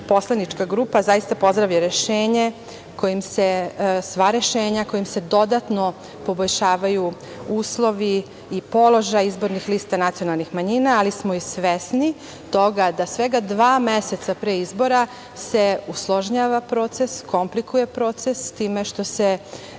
poslanička grupa zaista pozdravlja sva rešenja kojima se dodatno poboljšavaju uslovi i položaj izbornih lista nacionalnih manjina, ali smo i svesni toga da svega dva meseca pre izbora se usložnjava proces, komplikuje proces time što se